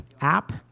app